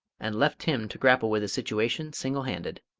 and left him to grapple with the situation single-handed.